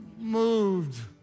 moved